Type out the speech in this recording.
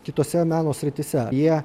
kitose meno srityse jie